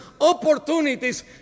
opportunities